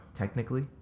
Technically